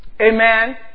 Amen